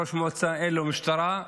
לראש המועצה אין משטרה,